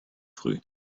früh